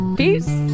peace